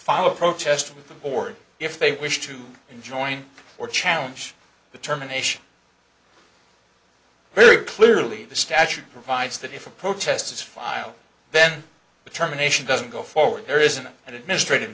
follow a protest with the board if they wish to enjoin or challenge determination very clearly the statute provides that if a protest is filed then determination doesn't go forward there isn't an administrative